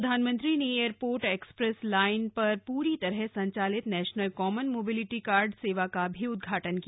प्रधानमंत्री ने airport express line पर पूरी तरह संचालित नेशनल कॉमन मोबिलिटी कार्ड सेवा का भी उद्वाटन किया